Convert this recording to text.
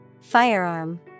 Firearm